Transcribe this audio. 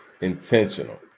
intentional